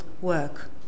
work